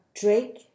Drake